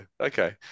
Okay